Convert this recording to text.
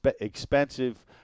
expensive